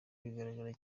bigaragara